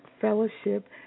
Fellowship